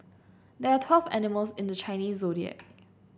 there are twelve animals in the Chinese Zodiac